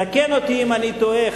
תקן אותי אם אני טועה,